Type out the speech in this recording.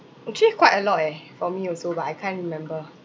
actually quite a lot eh for me also but I can't remember